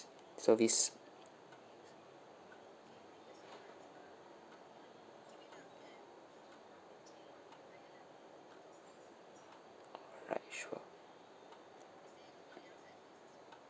service alright sure